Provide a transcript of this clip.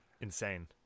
insane